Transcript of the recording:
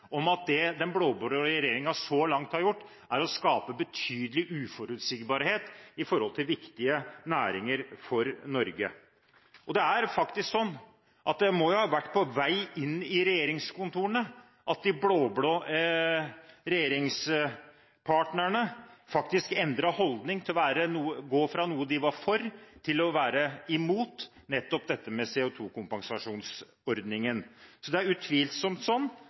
at det den blå-blå regjeringen så langt har gjort, er å skape betydelig uforutsigbarhet for viktige næringer for Norge. Det er faktisk sånn at det må ha vært på vei inn i regjeringskontorene at de blå-blå regjeringspartnerne endret holdning fra å gå fra noe de var for, til å være imot nettopp dette med CO2-kompensasjonsordningen. Det er utvilsomt sånn